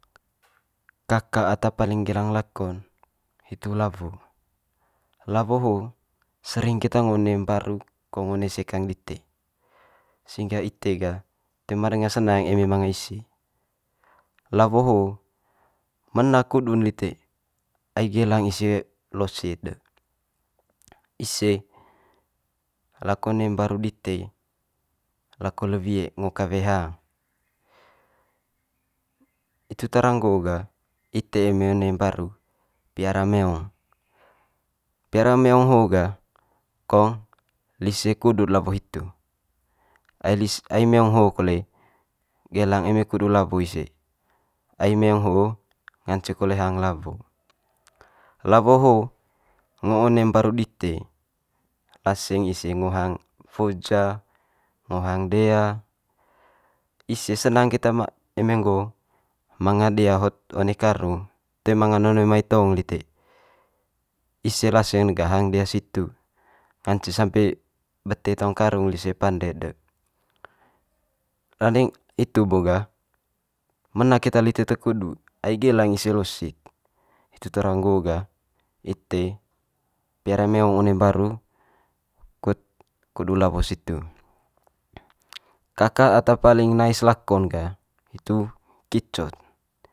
kaka ata paling gelang lako'n hitu lawo. Lawo ho sering keta ngo one mbaru ko ngo one sekang dite, sehingga ite gah toe ma danga senang ita ise. Lawo ho mena kudu'n lite ai gelang ise losi'd de ise lako one mbaru dite lako le wie ngo kawe hang. Itu tara nggo gah ite eme one mbaru piara meong. Piara meong ho gah kong lise kudu'd lawo hitu, ai meong ho kole gelang eme kudu lawo ise, ai meong ho ngance kole hang lawo. Lawo ho ngo one mbaru dite laseng ise ngo hang woja, ngo hang dea ise senang keta eme nggo manga dea hot one mai karung toe manga na one mai tong lite. Ise laseng ne gah hang dea situ, ngance sampe beti taung karung lise pande'd de. Landing hitu bo gah mena keta lite te kudu ai gelang ise losi'd. Hitu tara nggo gah ite piara meong one mbaru kut kudu lawo situ. Kaka ata paling nais lako'n gah hitu kicot.